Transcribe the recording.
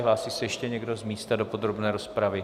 Hlásí se ještě někdo z místa do podrobné rozpravy?